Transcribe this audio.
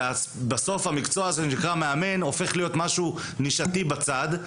ובסוף המקצוע שנקרא מאמן הופך להיות משהו נישתי בצד,